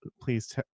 please